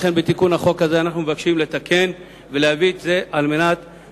לכן בתיקון הזה אנחנו מבקשים לתקן את זה כדי